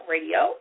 Radio